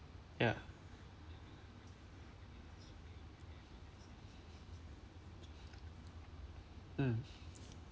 ya mm